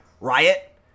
Riot